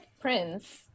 Prince